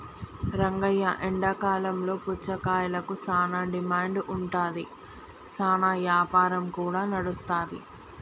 రంగయ్య ఎండాకాలంలో పుచ్చకాయలకు సానా డిమాండ్ ఉంటాది, సానా యాపారం కూడా నడుస్తాది